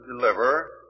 deliver